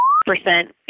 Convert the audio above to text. percent